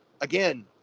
again